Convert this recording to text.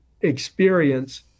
experience